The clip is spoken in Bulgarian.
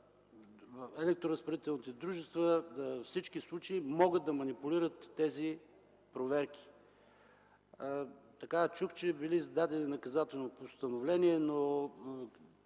Електроразпределителните дружества във всички случаи могат да манипулират тези проверки. Чух, че били издадени наказателни постановления, но